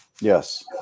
Yes